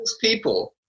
People